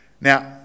Now